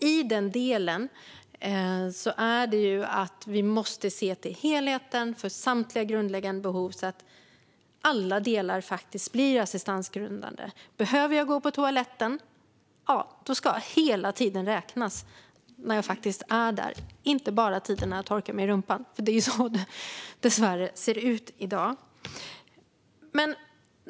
I den delen måste vi se till helheten för samtliga grundläggande behov så att alla delar blir assistansgrundande. Behöver man gå på toaletten ska hela tiden man är där räknas, inte bara tiden när man torkar sig i rumpan. Dessvärre är det så det ser ut i dag.